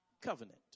covenant